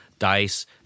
dice